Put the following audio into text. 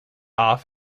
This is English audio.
off